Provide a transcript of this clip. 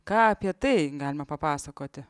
ką apie tai galima papasakoti